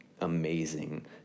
amazing